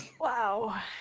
wow